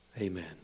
Amen